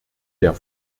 der